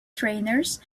trainers